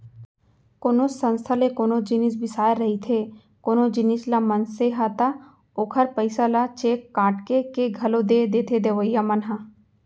कोनो संस्था ले कोनो जिनिस बिसाए रहिथे कोनो जिनिस ल मनसे ह ता ओखर पइसा ल चेक काटके के घलौ दे देथे देवइया मन ह